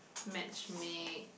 match make